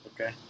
Okay